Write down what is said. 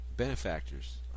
Benefactors